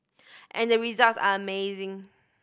and the results are amazing